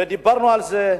ודיברנו על זה.